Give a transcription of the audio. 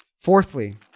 Fourthly